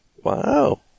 Wow